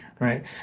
Right